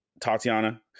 Tatiana